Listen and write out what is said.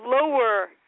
lower